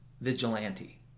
vigilante